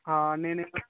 నేనే